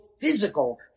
physical